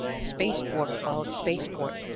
spaceport followed spaceport,